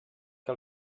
que